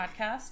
podcast